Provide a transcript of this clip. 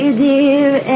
dear